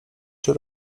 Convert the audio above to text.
czy